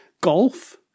golf